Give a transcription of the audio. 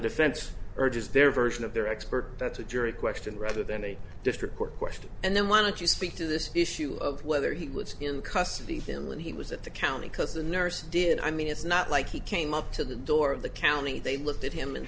defense urges their version of their expert that's a jury question rather than a district court question and then wanted to speak to this issue of whether he was in custody of him when he was at the county because the nurse did i mean it's not like he came up to the door of the county they looked at him and